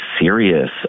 serious